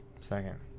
second